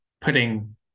putting